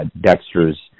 Dexter's